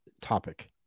topic